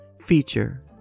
feature